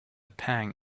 pang